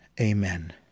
Amen